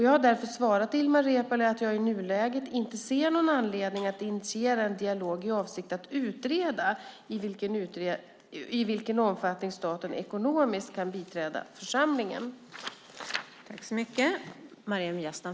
Jag har därför svarat Ilmar Reepalu att jag i nuläget inte ser någon anledning att initiera en dialog i avsikt att utreda i vilken omfattning staten ekonomiskt kan biträda församlingen.